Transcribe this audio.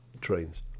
Trains